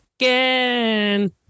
again